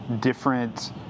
different